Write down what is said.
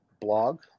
blog